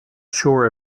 sure